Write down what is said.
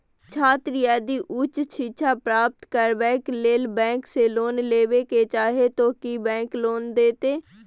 छात्र यदि उच्च शिक्षा प्राप्त करबैक लेल बैंक से लोन लेबे चाहे ते की बैंक लोन देतै?